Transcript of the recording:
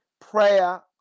prayer